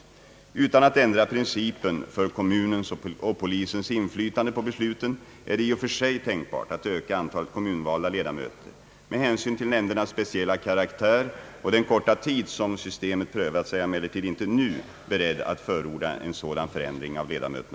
Eftersom det nya systemet tillämpats under så kort tid, är jag inte nu beredd att förorda en omprövning av principen för kommunens och polisens inflytande på besluten.